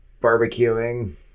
barbecuing